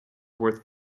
worth